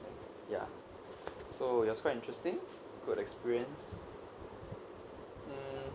ya so it was quite interesting good experience mm